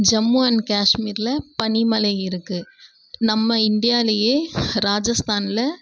Jammu and காஷ்மீரில் பனிமலை இருக்குது நம்ம இந்தியாலேயே ராஜஸ்தானில்